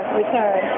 return